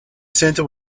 centre